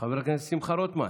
חבר הכנסת שמחה רוטמן